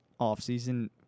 offseason